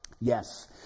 Yes